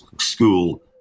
school